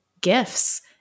gifts